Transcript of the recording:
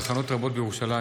מתחנות רבות בירושלים,